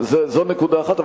זו נקודה אחת.